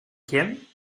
quién